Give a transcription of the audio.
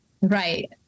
Right